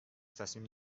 تصمیم